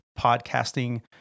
podcasting